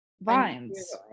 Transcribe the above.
Vines